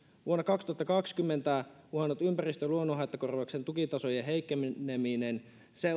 vuonna kaksituhattakaksikymmentä uhannut ympäristö ja luonnonhaittakorvauksen tukitasojen heikkeneminen